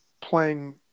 playing